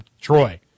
Troy